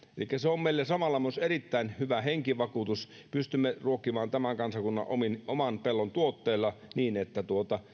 elikkä se on meille samalla myös erittäin hyvä henkivakuutus kun pystymme ruokkimaan tämän kansakunnan oman oman pellon tuotteilla niin että